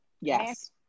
Yes